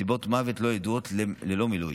סיבות מוות לא ידועות ללא מילוי.